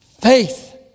faith